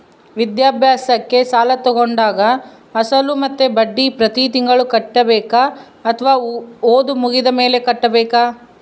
ವಿದ್ಯಾಭ್ಯಾಸಕ್ಕೆ ಸಾಲ ತೋಗೊಂಡಾಗ ಅಸಲು ಮತ್ತೆ ಬಡ್ಡಿ ಪ್ರತಿ ತಿಂಗಳು ಕಟ್ಟಬೇಕಾ ಅಥವಾ ಓದು ಮುಗಿದ ಮೇಲೆ ಕಟ್ಟಬೇಕಾ?